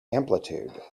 amplitude